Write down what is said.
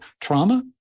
trauma